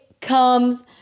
comes